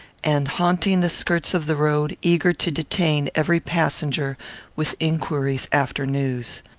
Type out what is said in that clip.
and haunting the skirts of the road, eager to detain every passenger with inquiries after news.